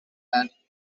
and